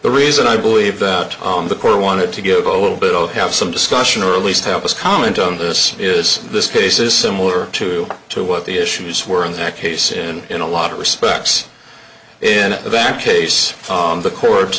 the reason i believe that on the court i wanted to give a little bit of have some discussion or at least have a comment on this is this case is similar to to what the issues were in that case and in a lot of respects in that case on the court